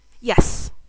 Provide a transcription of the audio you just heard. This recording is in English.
Yes